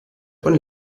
von